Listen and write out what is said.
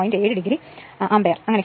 7o ampere എന്ന് ലഭിക്കും